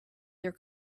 their